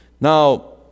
Now